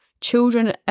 children